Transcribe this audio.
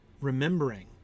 remembering